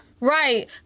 Right